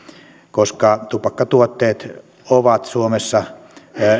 koska tupakkatuotteet ovat suomessa